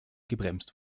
gebremst